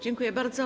Dziękuję bardzo.